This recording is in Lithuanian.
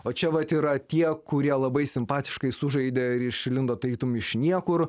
o čia vat yra tie kurie labai simpatiškai sužaidė ir išlindo tarytum iš niekur